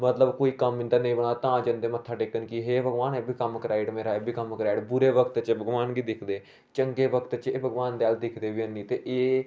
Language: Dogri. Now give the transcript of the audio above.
मतलब कोई कम इंदा नेईं बना दा ते एह् जंदे मत्था टेकन कि हे भगबान एह् कम्म कराई ओड़ मेरा ए बी कम्म कराई ओड़ बुरे बक्त च भगबान गी दिक्खदे चंगे बक्त च एह् भगबान अल दिक्खदे बी है नी ते एह्